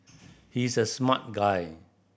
he is a smart guy